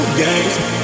games